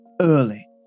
early